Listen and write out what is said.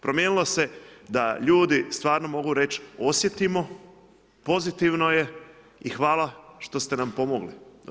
Promijenilo se da ljudi stvarno mogu reći osjetimo pozitivno je i hvala što ste nam pomogli.